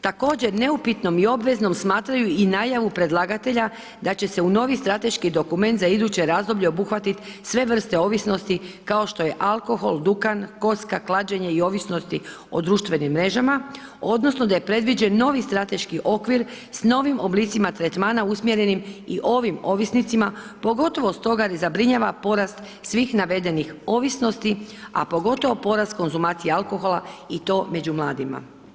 Također, neupitnom i obveznom smatraju i najavu predlagatelja da će se u novi strateški dokument za iduće razdoblje obuhvatiti sve vrste ovisnosti kao što je alkohol, duhan, kocka, klađenje i ovisnosti o društvenim mrežama odnosno da je predviđen novi strateški okvir s novim oblicima tretmana usmjerenim i ovim ovisnicima pogotovo s toga jer zabrinjava porast svih navedenih ovisnosti, a pogotovo porast konzumacije alkohola i to među mladima.